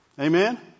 Amen